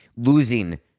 Losing